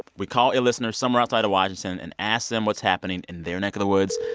we call a listener somewhere outside of washington and ask them what's happening in their neck of the woods.